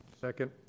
Second